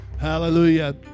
Hallelujah